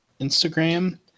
Instagram